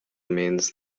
means